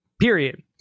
Period